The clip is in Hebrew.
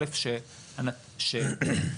קודם כל,